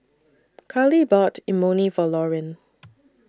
Karley bought Imoni For Lorin